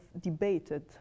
debated